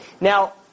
Now